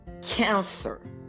Cancer